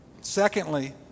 Secondly